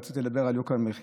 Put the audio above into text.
ורציתי לדבר על יוקר המחיה,